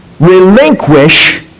relinquish